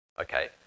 Okay